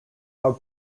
how